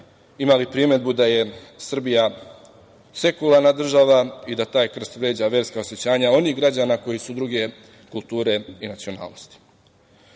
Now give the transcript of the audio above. imali primedbu da je Srbija sekularna država i da taj krst vređa verska osećanja onih građana koji su druge kulture i nacionalnosti. Degutantno